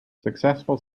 successful